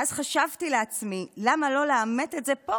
ואז חשבתי לעצמי: למה לא לאמת את זה פה?